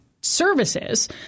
services